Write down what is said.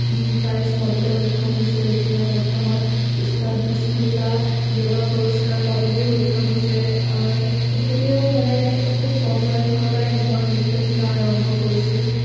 prize পাবলৈ সক্ষম হৈছে এতিয়া বৰ্তমান ওষ্টাদ বিছমিল্লা য়ুৱ পুৰস্কাৰ পাবলেও সক্ষম হৈছে তেখেতেও মানে খুব কম বয়সৰ পৰাই নিজৰ নৃত্য শিকা আৰম্ভ কৰিছিল